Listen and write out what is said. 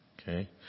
Okay